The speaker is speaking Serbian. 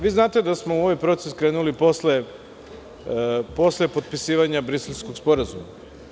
Vi znate da smo u ovaj proces krenuli posle potpisivanja Briselskog sporazuma.